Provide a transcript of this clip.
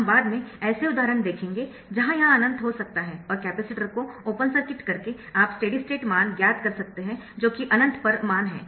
हम बाद में ऐसे उदाहरण देखेंगे जहां यह अनंत हो सकता है और कैपेसिटर को ओपन सर्किट करके आप स्टेडी स्टेट मान ज्ञात कर सकते है जो कि अनंत पर मान है